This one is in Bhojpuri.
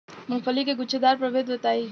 मूँगफली के गूछेदार प्रभेद बताई?